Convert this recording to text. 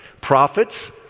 prophets